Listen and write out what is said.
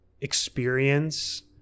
experience